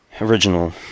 original